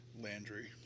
Landry